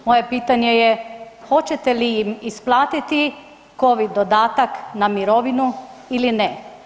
Moje pitanje je, hoćete li im isplatiti covid dodatak na mirovinu ili ne?